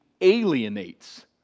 alienates